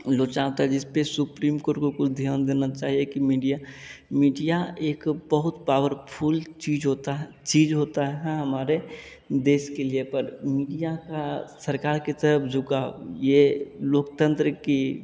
लोचा होता है जिस पर सुप्रीम कोर्ट को कुछ ध्यान देना चाहिए कि मीडिया मीडिया एक बहुत पावरफुल चीज़ होती है चीज़ होती है हाँ हमारे देश के लिए पर मीडिया का सरकार के तरफ़ झुकाव यह लोकतंत्र की